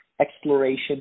exploration